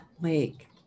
lake